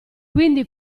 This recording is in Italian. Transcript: quindi